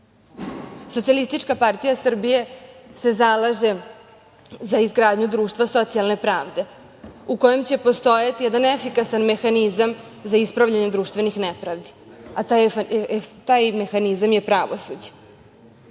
roku. Socijalistička partija Srbije se zalaže za izgradnju društva socijalne pravde u kojem će postojati jedan efikasan mehanizam za ispravljanje društvenih nepravdi, a taj mehanizam je pravosuđe. Zato